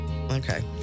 Okay